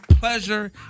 pleasure